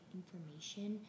information